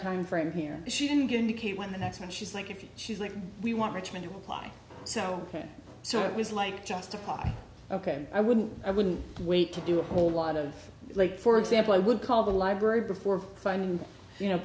timeframe here she didn't get indicate when the next when she's like if she's like we want richmond to apply so ok so it was like just a copy ok i wouldn't i wouldn't wait to do a whole lot of like for example i would call the library before you know